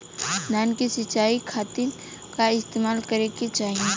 धान के सिंचाई खाती का इस्तेमाल करे के चाही?